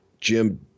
Jim